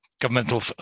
governmental